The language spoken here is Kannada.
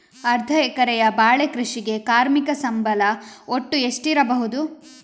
ಅರ್ಧ ಎಕರೆಯ ಬಾಳೆ ಕೃಷಿಗೆ ಕಾರ್ಮಿಕ ಸಂಬಳ ಒಟ್ಟು ಎಷ್ಟಿರಬಹುದು?